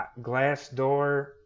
Glassdoor